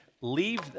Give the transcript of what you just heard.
Leave